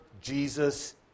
Jesus